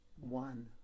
one